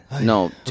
No